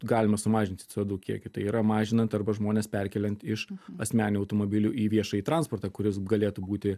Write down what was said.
galima sumažinti co du kiekį tai yra mažinant arba žmones perkeliant iš asmeninių automobilių į viešąjį transportą kuris galėtų būti